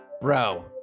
Bro